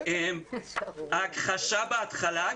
ההכחשה בהתחלה,